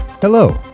Hello